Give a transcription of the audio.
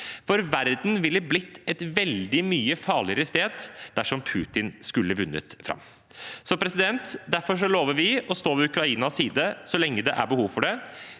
for verden ville ha blitt et veldig mye farligere sted dersom Putin skulle ha vunnet fram. Derfor lover vi å stå ved Ukrainas side så lenge det er behov for det.